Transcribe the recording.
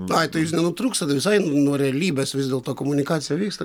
ai tai jūs nenutrūkstat visai nuo realybės vis dėlto komunikacija vyksta